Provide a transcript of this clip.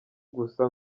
gusa